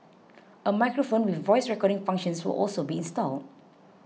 a microphone with voice recording functions will also be installed